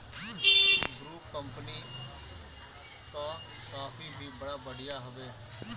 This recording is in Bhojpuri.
ब्रू कंपनी कअ कॉफ़ी भी बड़ा बढ़िया हवे